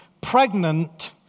pregnant